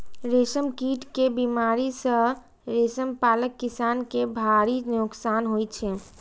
रेशम कीट के बीमारी सं रेशम पालक किसान कें भारी नोकसान होइ छै